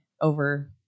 over